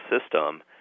system